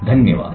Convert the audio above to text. धन्यवाद